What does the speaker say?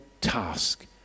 task